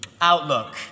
Outlook